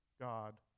God